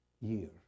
year